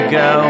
go